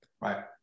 Right